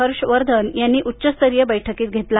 हर्ष वर्धन यांनी उच्चस्तरीय बैठकीत घेतला